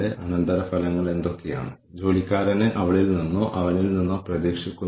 ഈ പ്രക്രിയകൾ എങ്ങനെയാണ് ഓർഗനൈസേഷന്റെ ആത്യന്തിക കാഴ്ചപ്പാടിലേക്കും തന്ത്രത്തിലേക്കും നയിക്കുന്നത്